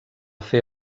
fer